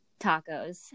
Tacos